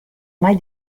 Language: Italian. mai